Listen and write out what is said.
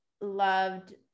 loved